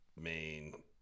main